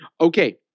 Okay